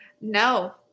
No